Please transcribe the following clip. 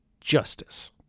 justice